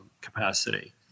capacity